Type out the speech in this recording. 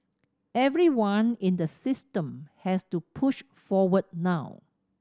everyone in the system has to push forward now